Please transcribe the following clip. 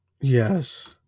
Yes